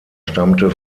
stammte